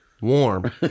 warm